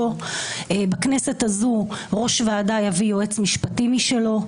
בכנסת הזאת ראש ועדה יביא יועץ משפטי משלו?